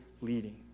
leading